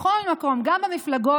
בכל מקום המפלגות